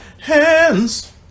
hands